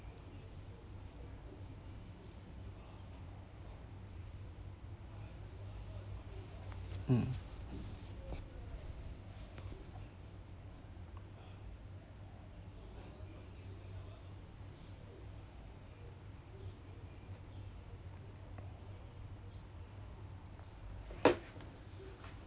mm